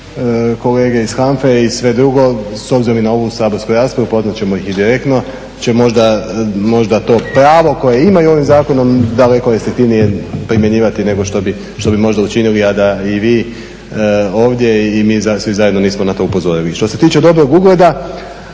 kolege iz HANFA-e i sve drugo, s obzirom i na ovu saborsku raspravu, pozvat ćemo ih i direktno će možda to pravo koje imaju ovim zakonom daleko efektivnije primjenjivati nego što bi možda učinili, a da i vi ovdje i mi svi zajedno nismo na to upozorili. Što se tiče dobrog ugleda,